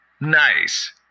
nice